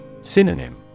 Synonym